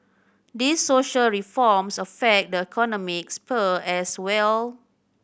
these social reforms affect the economic sphere as well